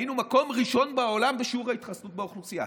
היינו במקום ראשון בעולם בשיעור ההתחסנות באוכלוסייה.